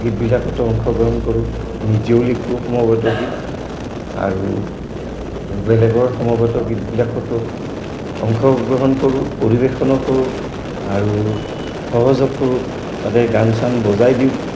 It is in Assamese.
গীতবিলাকতো অংশগ্ৰহণ কৰোঁ নিজেও লিখোঁ সমবেত গীত আৰু বেলেগৰ সমবেত গীতবিলাকতো অংশগ্ৰহণ কৰোঁ পৰিৱেশনো কৰোঁ আৰু সহযোগ কৰোঁ তাতে গান চান বজাই দিওঁ